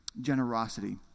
Generosity